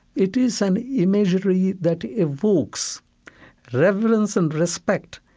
it is an imagery that evokes reverence and respect,